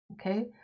Okay